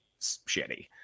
shitty